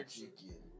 chicken